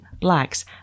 blacks